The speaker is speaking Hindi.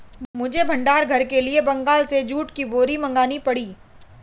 मुझे भंडार घर के लिए बंगाल से जूट की बोरी मंगानी पड़ी